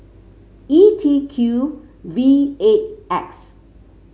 E T Q V eight X